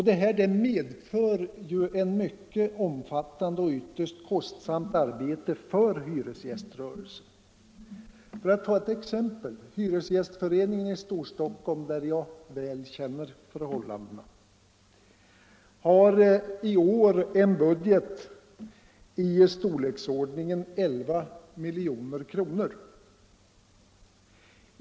Det medför eu mycket omfattande och kostsamt arbete för hyresgäströrelsen. Låt mig ta ett exempel. Hyresgästföreningen i Storstockholm, där jag väl känner förhållandena, har i år en budget av storleksordningen 11 milj.kr.